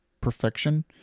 perfection